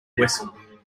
whistle